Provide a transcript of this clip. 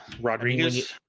rodriguez